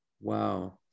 wow